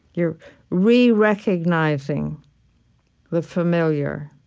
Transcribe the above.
you're re-recognizing the familiar